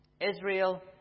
Israel